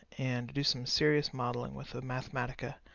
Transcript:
and to do some serious modeling with the mathematica